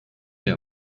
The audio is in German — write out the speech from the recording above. der